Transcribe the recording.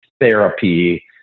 therapy